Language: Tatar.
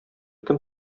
кем